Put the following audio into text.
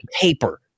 paper